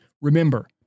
Remember